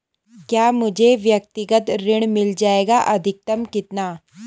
क्या मुझे व्यक्तिगत ऋण मिल जायेगा अधिकतम कितना?